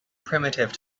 primitive